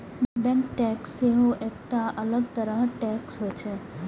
bank tax सेहो एकटा अलग तरह टैक्स होइ छै